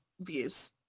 views